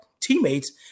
teammates